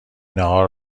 ناهار